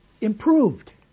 improved